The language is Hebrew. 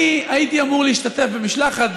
אני הייתי אמור להשתתף במשלחת,